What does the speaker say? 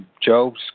Job's